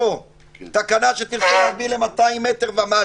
להתקין תקנה שתרצה להגביל ל-200 מטר ומטה.